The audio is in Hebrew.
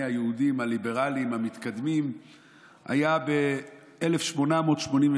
היהודים הליברלים המתקדמים הייתה ב-1883.